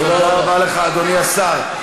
תודה רבה לך, אדוני השר.